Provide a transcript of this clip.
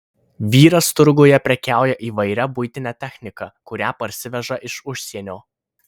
vyras turguje prekiauja įvairia buitine technika kurią parsiveža iš užsienio